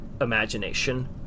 imagination